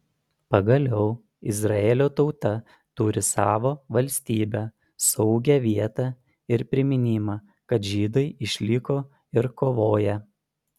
pagaliau izraelio tauta turi savo valstybę saugią vietą ir priminimą kad žydai išliko ir kovoja